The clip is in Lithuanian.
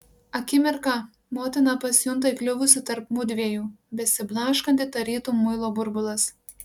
akimirką motina pasijunta įkliuvusi tarp mudviejų besiblaškanti tarytum muilo burbulas